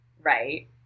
right